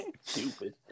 stupid